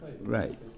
Right